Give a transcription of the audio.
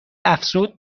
افزود